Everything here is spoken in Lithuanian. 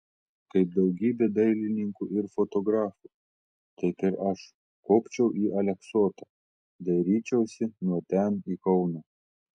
kaip daugybė dailininkų ir fotografų taip ir aš kopčiau į aleksotą dairyčiausi nuo ten į kauną